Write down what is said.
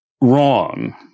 wrong